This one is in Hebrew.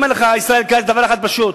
ישראל כץ, דבר אחד פשוט: